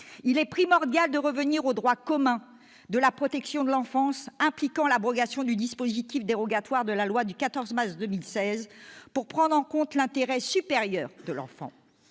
Il est primordial de revenir au droit commun de la protection de l'enfance impliquant l'abrogation du dispositif dérogatoire de la loi du 14 mars 2016 pour prendre en compte l'intérêt supérieur de l'enfant.